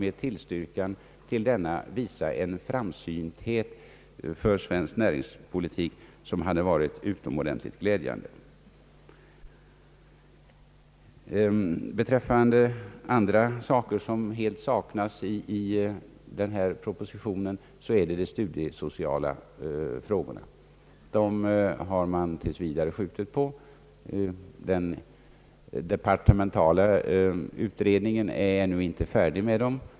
En tillstyrkan hade visat en framsynthet när det gäller svensk näringspolitik som hade varit utomordentligt glädjande. Bland andra ting som helt saknas i propositionen är de studiesociala frågorna. Dem har man tills vidare skjutit på. Den departementala utredningen är ännu inte färdig med dem.